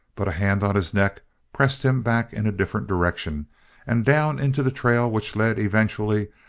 but a hand on his neck pressed him back in a different direction and down into the trail which led, eventually,